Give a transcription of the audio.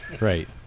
Right